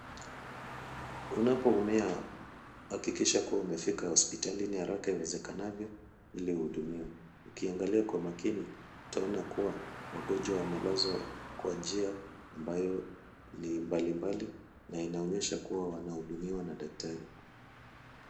Unapoumia hakikisha kua umefika hospitalini haraka iwezekanavyo ili uhudumiwe. Ukiangalia kwa makini utaona kuwa wagonjwa wamelazwa kwa njia ambayo ni mbalimbali na inaonyesha kuwa wanahudumiwa na daktari.